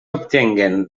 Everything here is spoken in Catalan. obtinguen